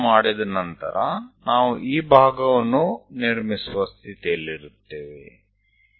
તો એકવાર તે થઈ જાય ત્યારબાદ આપણે આ ભાગ રચી શકવાની સ્થિતિમાં આવીશું